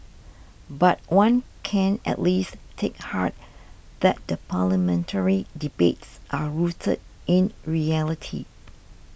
but one can at least take heart that the parliamentary debates are rooted in reality